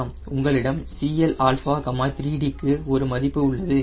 உங்களிடம் Cl 3dக்கு ஒரு மதிப்பு உள்ளது